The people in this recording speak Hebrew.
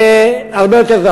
לדחוף הרבה יותר.